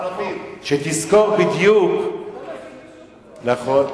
שתזכור בדיוק, נכון.